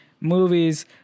movies